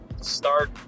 start